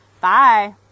Bye